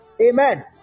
Amen